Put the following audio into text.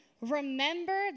remember